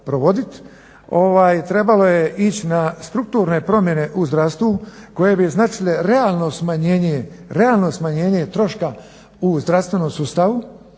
Trebalo je ići na strukturne promjene u zdravstvu koje bi značile realno smanjenje troška u zdravstvenom sustavu